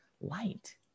light